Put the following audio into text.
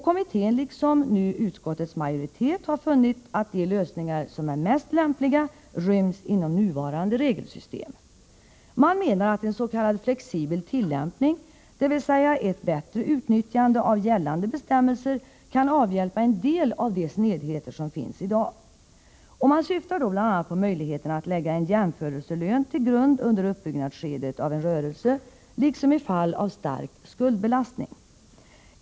Kommittén liksom utskottets majoritet har funnit att de lösningar, som är mest lämpliga, ryms inom nuvarande regelsystem. Man menar att en s.k. flexibel tillämpning, dvs. ett bättre utnyttjande av gällande bestämmelser, kan avhjälpa en del av de skevheter som finns i dag. Man syftar bl.a. på möjligheterna att lägga en jämförelselön till grund under uppbyggnadsskedet av en rörelse, liksom i fall av stark skuldbelastning.